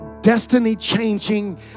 destiny-changing